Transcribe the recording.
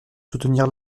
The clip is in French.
soutenir